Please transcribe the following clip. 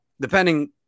Depending